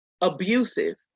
abusive